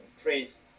please